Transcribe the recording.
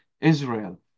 israel